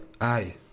Aye